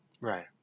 Right